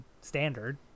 standard